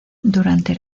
durante